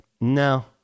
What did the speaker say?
no